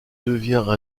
devient